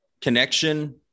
connection